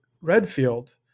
Redfield